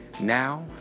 now